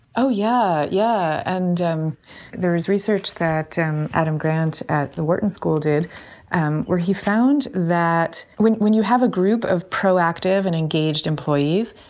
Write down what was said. oh, yeah. yeah and um there is research that um adam grant at the wharton school did and where he found that when when you have a group of proactive and engaged employees,